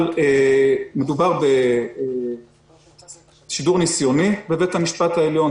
אבל מדובר בשידור ניסיוני בבית המשפט העליון,